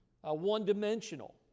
One-dimensional